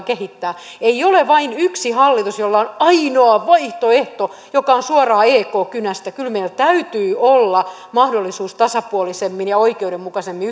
kehittää ei ole vain yksi hallitus jolla on ainoa vaihtoehto joka on suoraan ekn kynästä kyllä meillä täytyy olla mahdollisuus tasapuolisemmin ja oikeudenmukaisemmin